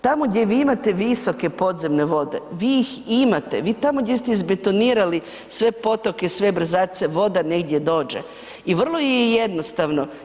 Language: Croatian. Tamo gdje vi imate visoke podzemne vode, vi ih imate, vi tamo gdje se izbetonirali sve potoke, sve brzace, voda negdje dođe i vrlo je jednostavno.